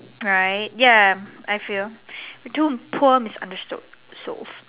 right ya I feel we do poor misunderstood so